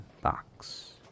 box